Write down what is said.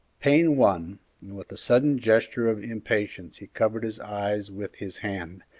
pain won, and with a sudden gesture of impatience he covered his eyes with his hand,